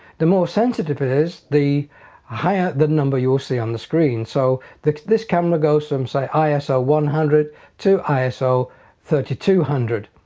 the more sensitive it is the higher the number you'll see on the screen. so that this camera goes from say iso one hundred to iso three thousand two hundred.